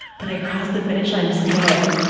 but i crossed the finish line just being like,